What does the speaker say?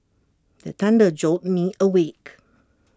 the thunder jolt me awake